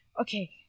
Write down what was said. okay